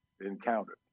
encountered